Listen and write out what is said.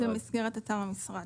זה במסגרת אתר המשרד.